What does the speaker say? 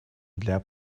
для